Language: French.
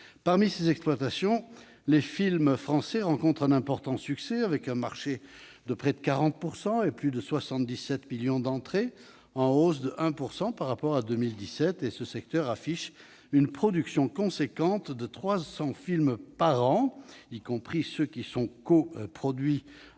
réseau d'exploitation, les films français rencontrent un important succès, avec une part de marché de près de 40 % et plus de 77 millions d'entrées, un chiffre en hausse de 1 % par rapport à 2017. Le secteur affiche une production importante de 300 films par an, y compris ceux qui sont coproduits